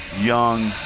young